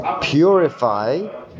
purify